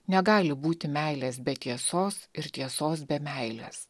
negali būti meilės be tiesos ir tiesos be meilės